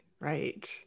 Right